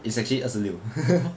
it's actually 二十六